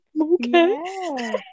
okay